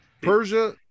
Persia